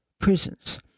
prisons